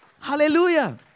Hallelujah